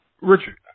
Richard